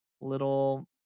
little